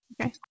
Okay